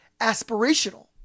aspirational